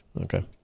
Okay